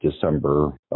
December